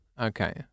Okay